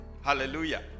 Hallelujah